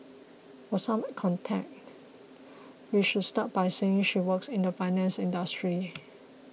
for some context we should start by saying she works in the finance industry